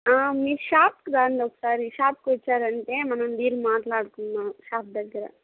మీరు షాప్కి రండి ఒకసారి షాప్కి వచ్చారంటే మనమిద్దరం మాట్లాడుకున్నాం షాప్ దగ్గర